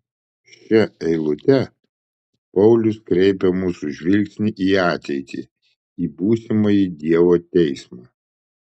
šia eilute paulius kreipia mūsų žvilgsnį į ateitį į būsimąjį dievo teismą